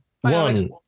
One